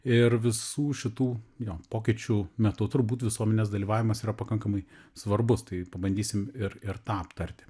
ir visų šitų jo pokyčių metu turbūt visuomenės dalyvavimas yra pakankamai svarbus tai pabandysim ir ir tą aptarti